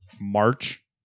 March